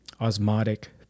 osmotic